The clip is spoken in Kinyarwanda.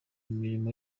imirimo